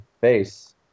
face